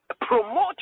promote